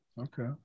Okay